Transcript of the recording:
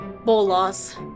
Bolas